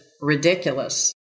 ridiculous